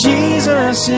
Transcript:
Jesus